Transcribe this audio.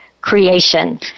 creation